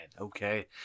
Okay